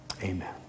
Amen